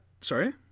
sorry